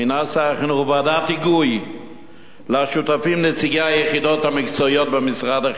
החינוך ועדת היגוי ששותפים לה נציגי היחידות המקצועיות במשרד החינוך,